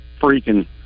freaking